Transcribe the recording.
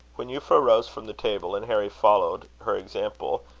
when euphra rose from the table, and harry followed her example,